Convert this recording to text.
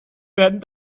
werden